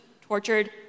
tortured